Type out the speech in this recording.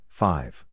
five